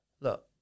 look